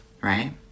right